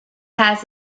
has